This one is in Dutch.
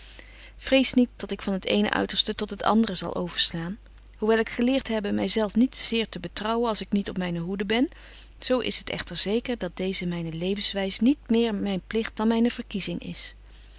vrees niet dat ik van het eene uiterste tot het andere zal overslaan hoewel ik geleert hebbe my zelf niet zeer te betrouwen als ik niet op myne hoede ben zo is het echter zeker dat deeze myne levenswys niet meer myn pligt dan myne verkiezing is